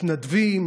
מתנדבים,